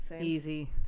Easy